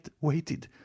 waited